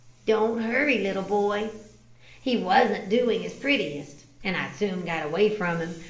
don't hurry, little boy he wasn't doing his prettiest, and i soon got away from him,